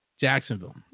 Jacksonville